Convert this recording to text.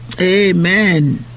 amen